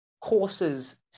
courses